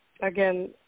again